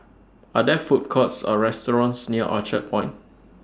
Are There Food Courts Or restaurants near Orchard Point